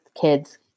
kids